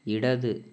ഇടത്